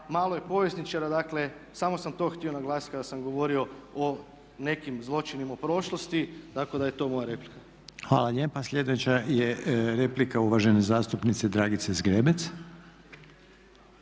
malo je povjesničara, dakle samo sam to htio naglasiti kada sam govorio o nekim zločinima u prošlosti. Tako da je to moja replika. **Reiner, Željko (HDZ)** Hvala lijepa. Sljedeća je replika uvažene zastupnice Dragice Zgrebec.